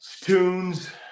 tunes